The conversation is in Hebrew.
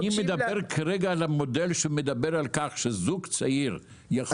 אני מדבר על המודל שמדבר על כך שזוג צעיר יכול